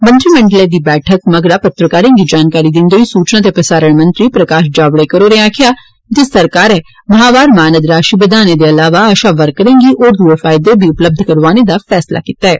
मंत्रीमंडलै दी बैठका मगरा पत्रकारें गी जानकारी दिंदे होई सूचना ते प्रसारण मंत्री प्रकाश जावड़ेकर होरें आक्खेआ ऐ जे सरकारै माहवार मानद राशि बदांने दे इलावा आशा वर्करें गी होर दुए फायदे बी उपलब्ध कराने दा फैसला कीता ऐ